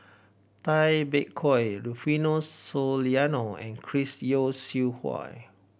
Tay Bak Koi Rufino Soliano and Chris Yeo Siew Hua